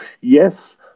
yes